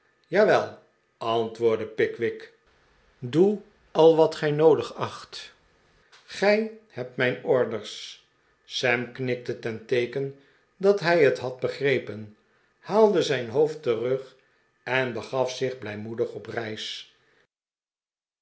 jawel antwoordde pickwick doe al wat gij noodig acht gij hebt mijn orders sam knikte ten teeken dat hij het had begrepen haalde zijn hoofd terug en begaf zich blijmoedig